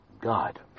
God